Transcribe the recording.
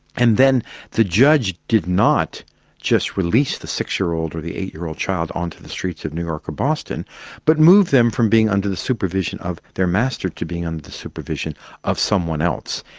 and then the judge did not just release the six-year-old or the eight-year-old child onto the streets of new york or boston but moved them from being under the supervision of their master to being under the supervision of someone else.